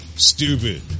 Stupid